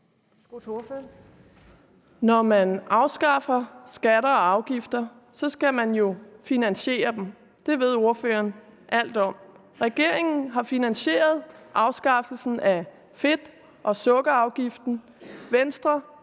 Når man afskaffer skatter og afgifter, skal man jo finansiere dem, det ved ordføreren alt om. Regeringen har finansieret afskaffelsen af fedt- og sukkerafgiften,